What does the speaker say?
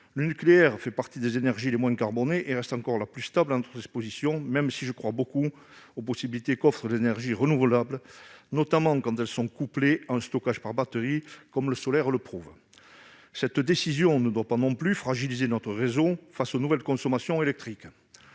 Le nucléaire fait partie des énergies les moins carbonées et reste la plus stable à notre disposition, même si je crois beaucoup aux possibilités qu'offrent les énergies renouvelables, notamment quand elles sont couplées à un stockage par batterie, comme le solaire le prouve. Cette décision ne doit pas non plus fragiliser notre réseau face aux nouvelles consommations électriques.